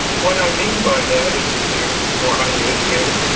what i mean by that is that they're more highly educated,